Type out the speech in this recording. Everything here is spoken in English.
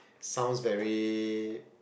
sounds very